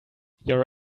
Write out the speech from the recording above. your